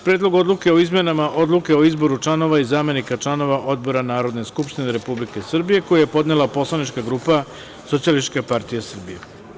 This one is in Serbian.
Predlog odluke o izmenama Odluke o izboru članova i zamenika članova odbora Narodne skupštine Republike Srbije, koji je podnela poslanička grupa Socijalistička partija Srbije.